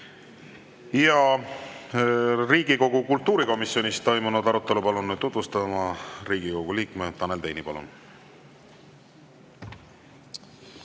Riigikogu kultuurikomisjonis toimunud arutelu palun tutvustama Riigikogu liikme Tanel Teini. Palun!